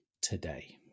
today